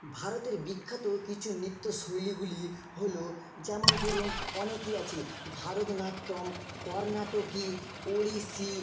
ভারতের বিখ্যাত কিছু নৃত্যশৈলীগুলি হলো যেমন ধরুন অনেকই আছে ভারতনাট্যম কর্ণাটকি ওড়িশি